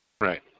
Right